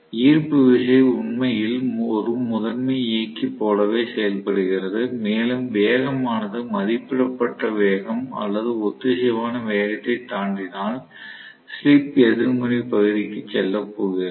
ஈர்ப்பு விசை உண்மையில் ஒரு முதன்மை இயக்கி போலவே செயல்படுகிறது மேலும் வேகமானது மதிப்பிடப்பட்ட வேகம் அல்லது ஒத்திசைவான வேகத்தை தாண்டினால் ஸ்லிப் எதிர்மறை பகுதிக்குச் செல்லப் போகிறது